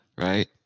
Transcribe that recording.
right